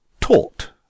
taught